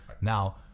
Now